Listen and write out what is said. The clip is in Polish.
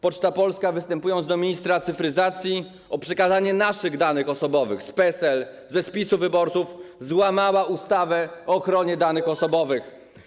Poczta Polska, występując do ministra cyfryzacji o przekazanie naszych danych osobowych, tj. PESEL, danych ze spisu wyborców, złamała ustawę o ochronie danych osobowych.